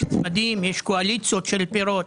יש קואליציות של פירות.